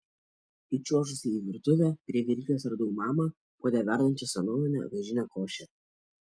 įčiuožusi į virtuvę prie viryklės radau mamą puode verdančią senovinę avižinę košę